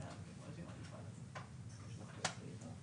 הוא תקן שלא נראה לך אל תשתמש בו.